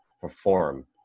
perform